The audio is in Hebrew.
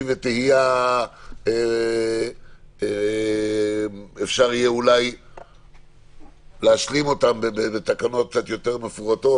וטעייה אפשר יהיה להשלים אותן בתקנות קצת יותר מפורטות,